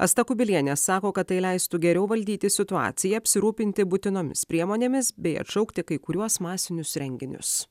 asta kubilienė sako kad tai leistų geriau valdyti situaciją apsirūpinti būtinomis priemonėmis bei atšaukti kai kuriuos masinius renginius